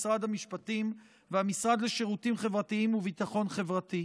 משרד המשפטים והמשרד לשירותים חברתיים ולביטחון החברתי.